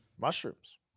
Mushrooms